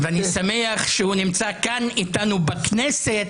אני שמח שהוא נמצא איתנו כאן בכנסת,